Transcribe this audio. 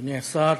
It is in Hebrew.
אדוני השר,